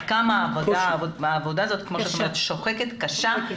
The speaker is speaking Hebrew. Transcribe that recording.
עד כמה העבודה הזאת שוחקת וקשה,